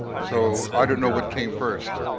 so i don't know what came first,